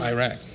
Iraq